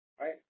right